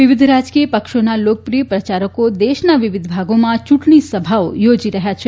વિવિધ રાજકીય પક્ષોના લોકપ્રિય પ્રચારકો દેશના વિવિધ ભાગોમાં ચુંટણી સભાઓ યોજી રહયાં છે